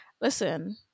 listen